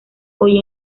hoy